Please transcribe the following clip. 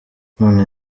none